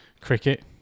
cricket